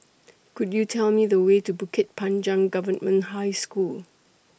Could YOU Tell Me The Way to Bukit Panjang Government High School